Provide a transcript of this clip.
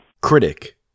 critic